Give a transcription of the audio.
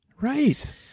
Right